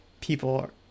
people